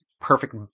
perfect